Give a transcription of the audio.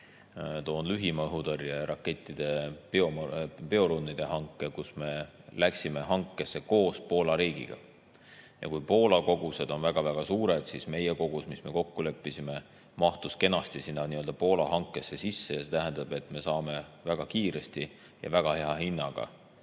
toon lühimaa õhutõrjerakettide PIORUN-ide hanke, kus me läksime hankesse koos Poola riigiga. Ja kui Poola kogused on väga suured, siis meie kogus, mis me kokku leppisime, mahtus kenasti sinna Poola hankesse sisse ja see tähendab, et me saame väga kiiresti ja väga hea hinnaga